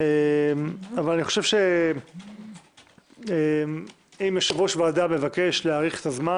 אני חושב שאם יושב-ראש ועדה מבקש להאריך את הזמן